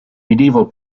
medieval